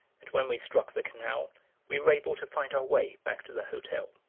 and when we struck the canal we were able to find our way back to the hotel.